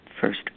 first